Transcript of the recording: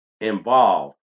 involved